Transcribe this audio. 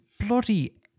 bloody